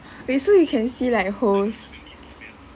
wait so you can see like holes